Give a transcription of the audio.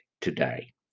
today